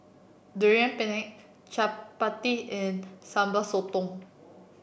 Durian Pengat Chappati and Sambal Sotong